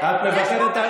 יש פה,